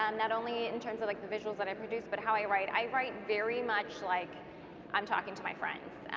um not only in terms like the visuals that i produce but how i write i write very much like i'm talking to my friends.